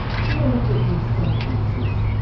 have a look at these sentences.